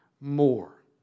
more